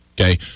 Okay